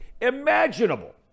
imaginable